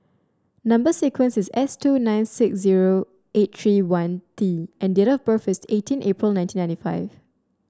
number sequence is S two nine six zero eight three one T and date of birth is eighteen April nineteen ninety five